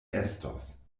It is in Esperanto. estos